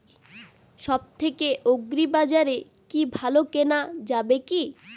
সব থেকে আগ্রিবাজারে কি ভালো কেনা যাবে কি?